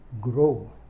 grow